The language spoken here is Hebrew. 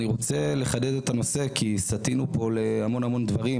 אני רוצה לחדד את הנושא כי סטינו פה להמון דברים,